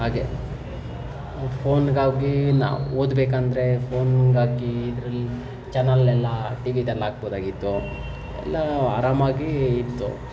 ಹಾಗೆ ಫೋನ್ಗಾಗಿ ನಾವು ಓದಬೇಕಂದ್ರೆ ಫೋನುಗಾಕಿ ಇದರಲ್ಲಿ ಚಾನಲೆಲ್ಲ ಟಿ ವಿದಲ್ಲಿ ಹಾಕ್ಬೋದಾಗಿತ್ತು ಎಲ್ಲ ಆರಾಮಾಗಿ ಇತ್ತು